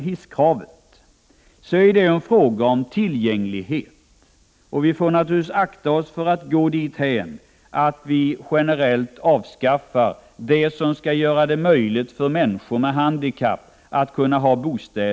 Hisskravet är en fråga om tillgänglighet. Vi får akta oss för att gå dithän att vi generellt avskaffar det som skall göra bostäder tillgängliga för människor med handikapp.